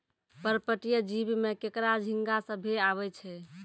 पर्पटीय जीव में केकड़ा, झींगा सभ्भे आवै छै